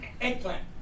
Eggplant